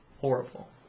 horrible